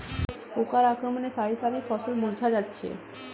পোকার আক্রমণে শারি শারি ফসল মূর্ছা যাচ্ছে